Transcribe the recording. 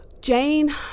Jane